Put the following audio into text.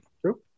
true